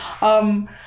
Um-